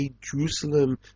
Jerusalem